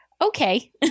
Okay